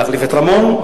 להחליף את רמון,